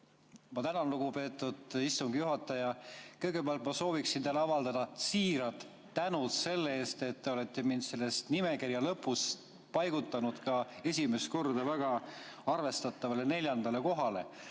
Ma tänan, lugupeetud istungi juhataja! Kõigepealt ma sooviksin teile avaldada siirast tänu selle eest, et te olete mind nimekirja lõpust paigutanud esimest korda väga arvestatavale neljandale kohale.